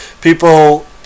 People